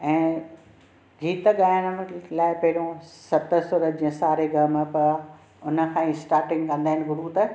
ऐं गीत ॻाइण लाइ पहिरियों सत सुर जीअं सा रे ग म प हुन खां ई स्टार्टिंग कंदा आहिनि गुरू त